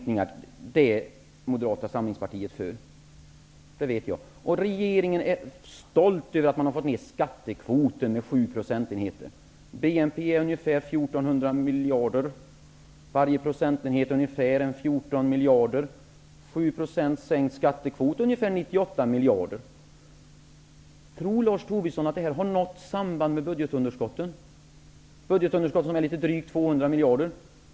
Jag vet att Moderata samlingspartiet är för skattesänkningar, och regeringen är stolt över att ha fått ned skattekvoten med 7 procentenheter. BNP uppgår till ungefär 1 400 miljarder, och varje procentenhet motsvarar ca 14 miljarder. En sänkning av skattekvoten med 7 % motsvarar ungefär 98 miljarder. Tror Lars Tobisson att detta har något samband med budgetunderskottet, som uppgår till drygt 200 miljarder?